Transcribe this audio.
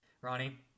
Ronnie